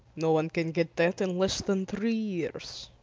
no one can get that in less than three years.